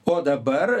o dabar